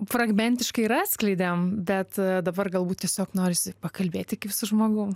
fragmentiškai ir atskleidėm bet dabar galbūt tiesiog norisi pakalbėti kaip su žmogum